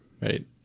right